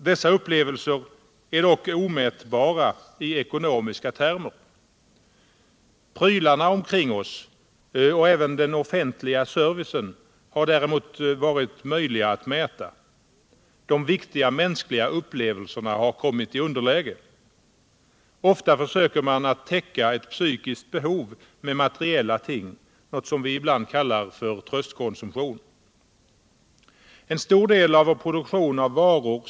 Dessa upplevelser är dock omätbara i ekonomiska termer. Prylarna omkring oss och även den offentliga servicen är däremot något som varit möjligt att mäta. De viktiga mänskliga upplevelserna har kommit i underläge. Ofta försöker man att täcka ett psykiskt behov med materiella ting, något som vi ibland kallar för tröstkonsumtion. En stor del av vår produktion av varor.